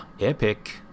epic